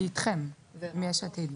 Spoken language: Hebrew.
איתכם, עם יש עתיד.